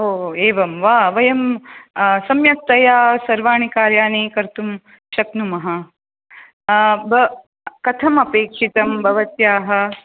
ओ एवं वा वयं सम्यक्तया सर्वाणि कार्याणि कर्तुं शक्नुमः ब कथम् अपेक्षितं भवत्याः